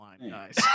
Nice